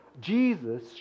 Jesus